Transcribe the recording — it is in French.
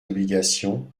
obligations